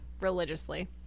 religiously